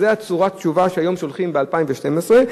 זו צורת התשובה שהיום שולחים, ב-2012.